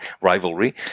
rivalry